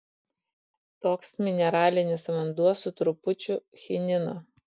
toks mineralinis vanduo su trupučiu chinino